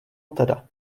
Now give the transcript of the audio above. teda